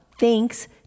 thanks